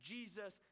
Jesus